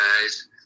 guys